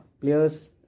Players